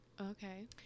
Okay